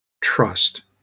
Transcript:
trust